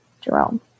Jerome